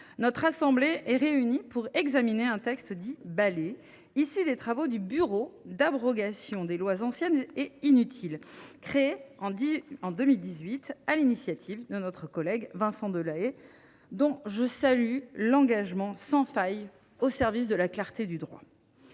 notre assemblée est réunie pour examiner un texte dit Balai, issu des travaux du Bureau d’abrogation des lois anciennes et inutiles créé en 2018 sur l’initiative de notre collègue Vincent Delahaye, dont je salue l’engagement sans faille au service de la clarté du droit.